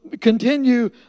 continue